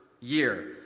year